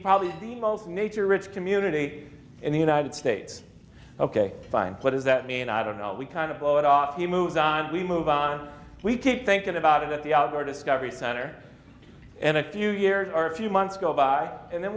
probably the most nature rich community in the united states ok fine what does that mean i don't know we kind of blow it off you move on we move on we keep thinking about it at the outdoor discovery center and a few years or a few months go by and then